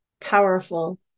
powerful